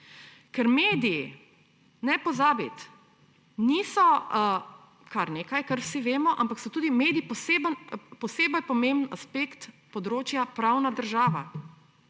Ker mediji, ne pozabiti, niso kar nekaj, kar vsi vemo, ampak so tudi mediji posebej pomemben aspekt področja pravna država.